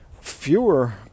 fewer